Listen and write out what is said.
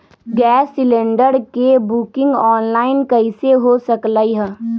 Gas cylinder के booking online कईसे हो सकलई ह?